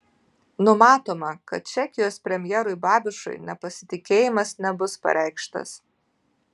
numatoma kad čekijos premjerui babišui nepasitikėjimas nebus pareikštas